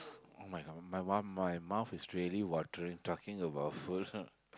[oh]-my-God my mouth my mouth is really watery talking about food